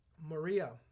Maria